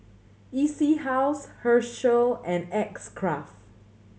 E C House Herschel and X Craft